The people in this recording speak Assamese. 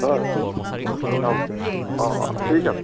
অঁ অঁ ঠিক আছে